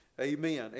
amen